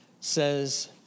says